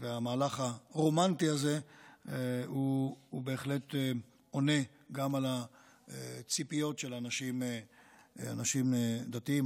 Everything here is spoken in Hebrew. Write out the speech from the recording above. המהלך הרומנטי הזה בהחלט עונה גם על הציפיות של אנשים דתיים,